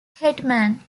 hetman